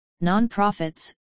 non-profits